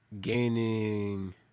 gaining